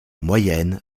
moyenne